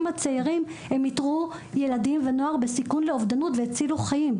הצעירים הם איתרו ילדים ונוער בסיכון לאובדות והצילו חיים,